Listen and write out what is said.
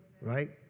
Right